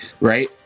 right